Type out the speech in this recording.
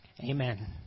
Amen